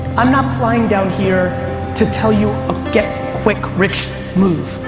i'm not flying down here to tell you a get quick rich move.